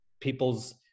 people's